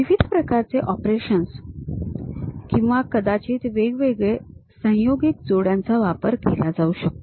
विविध प्रकारचे ऑपरेशन्स किंवा कदाचित वेगवेगळे संयोगिक जोड्यांचा वापर केला जाऊ शकतो